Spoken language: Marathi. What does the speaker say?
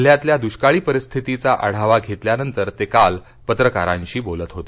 जिल्ह्यातल्या दृष्काळी परिस्थितीचा आढावा घेतल्यानंतर ते काल पत्रकारांशी बोलत होते